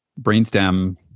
brainstem